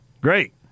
great